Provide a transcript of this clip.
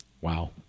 Wow